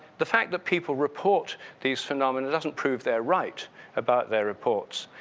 the fact that people report this phenomenon doesn't prove they're right about their reports.